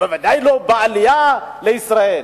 ובוודאי לא בעלייה לישראל,